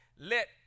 Let